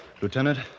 Lieutenant